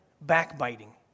backbiting